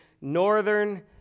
northern